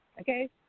okay